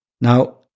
Now